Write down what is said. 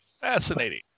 Fascinating